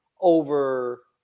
over